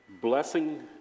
Blessing